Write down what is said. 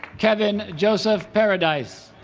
kevin joseph paradise